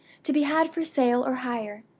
to be had for sale or hire.